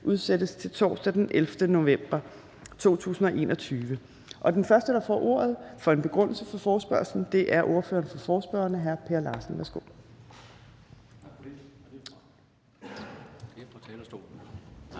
udsættes til torsdag den 11. november 2021. Den første, der får ordet for en begrundelse for forespørgslen, er ordføreren for forespørgerne, hr. Per Larsen.